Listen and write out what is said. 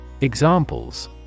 Examples